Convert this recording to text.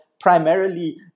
primarily